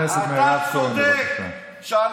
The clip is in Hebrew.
ואני ממליץ למנכ"ל הכנסת לקנות שי לחג לפסח,